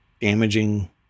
damaging